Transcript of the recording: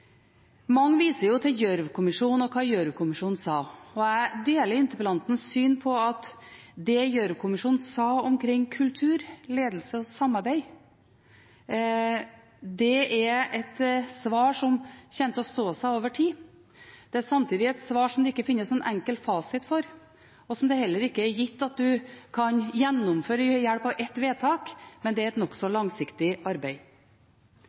Mange viser til Gjørv-kommisjonen og hva Gjørv-kommisjonen sa. Jeg deler interpellantens syn på at det Gjørv-kommisjonen sa omkring kultur, ledelse og samarbeid, er et svar som kommer til å stå seg over tid. Det er samtidig et svar som det ikke finnes noen enkel fasit på, og som det heller ikke er gitt at en kan gjennomføre ved hjelp av ett vedtak, men det er et nokså langsiktig arbeid.